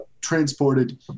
transported